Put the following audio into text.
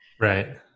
right